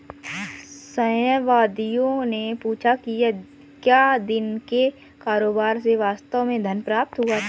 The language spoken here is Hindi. संशयवादियों ने पूछा कि क्या दिन के कारोबार से वास्तव में धन प्राप्त हुआ है